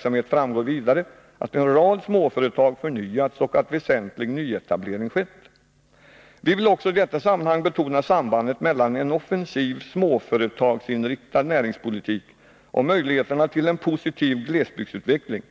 samhet framgår vidare att en rad småföretag förnyats och att en väsentlig nyetablering skett. Vi vill också i detta sammanhang betona sambandet mellan en offensiv småföretagsinriktad näringspolitik och möjligheterna till en positiv glesbygdsutveckling.